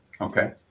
okay